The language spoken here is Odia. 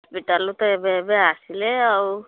ହସ୍ପିଟାଲରୁ ତ ଏବେ ଏବେ ଆସିଲେ ଆଉ